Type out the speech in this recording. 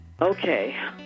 Okay